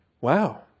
Wow